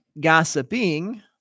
gossiping